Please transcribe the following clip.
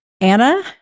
anna